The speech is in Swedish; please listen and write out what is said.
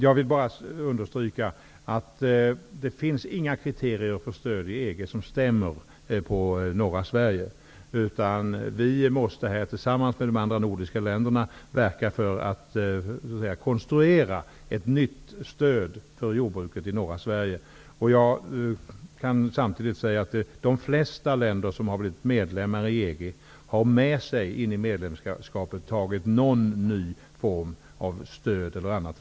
Jag vill bara understryka att det inte finns några kriterier om stöd i EG som stämmer för norra Sverige, utan vi måste, tillsammans med de andra nordiska länderna, verka för att konstruera nytt kriterium för stöd av jordbruket i norra Sverige. Samtidigt kan jag upplysa om att de flesta länder som har blivit medlemmar i EG har haft med sig, när de ansökte om medlemskap, någon ny form av stöd eller annat.